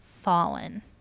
Fallen